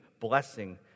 blessing